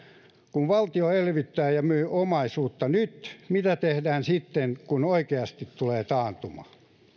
kun valtio elvyttää ja myy omaisuutta nyt mitä tehdään sitten kun oikeasti tulee taantuma